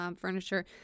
furniture